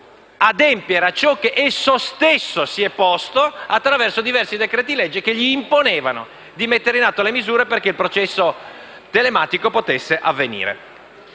adempiere a ciò che esso stesso si è posto attraverso diversi decreti-legge che gli imponevano di mettere in atto le misure affinché il processo telematico potesse avvenire.